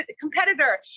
competitor